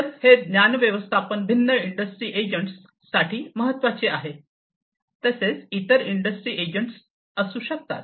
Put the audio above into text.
तर हे ज्ञान व्यवस्थापन भिन्न इंडस्ट्री एजंट्स साठी महत्वाचे आहे तसेच इतर इंडस्ट्री एजंट्स असू शकतात